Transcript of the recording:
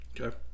okay